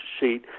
sheet